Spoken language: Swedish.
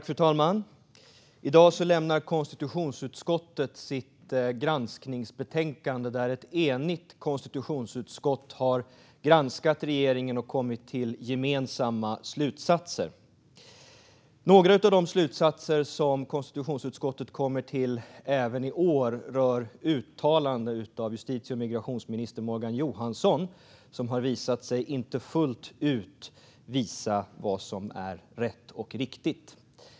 Fru talman! I dag lämnar konstitutionsutskottet sitt granskningsbetänkande där ett enigt konstitutionsutskott har granskat regeringen och kommit till gemensamma slutsatser. Några av de slutsatser som konstitutionsutskottet kommer till även i år rör uttalanden av justitie och migrationsminister Morgan Johansson som har visat sig inte fullt ut visa vad som är rätt och riktigt.